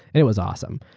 and it was awesome.